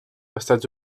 estats